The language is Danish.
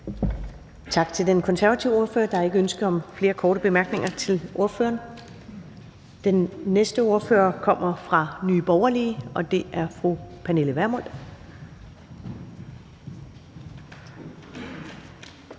Tak til den konservative ordfører. Der er ikke ønsker om flere korte bemærkninger til ordføreren. Den næste ordfører kommer fra Nye Borgerlige, og det er fru Pernille Vermund. Kl.